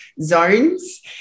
zones